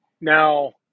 Now